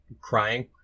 crying